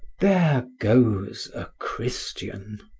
there goes a christian